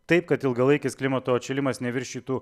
taip kad ilgalaikis klimato atšilimas neviršytų